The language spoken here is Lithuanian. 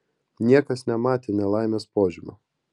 niekas nematė nelaimės požymių